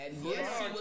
yes